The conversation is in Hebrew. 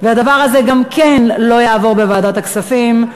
והדבר הזה גם כן לא יעבור בוועדת הכספים.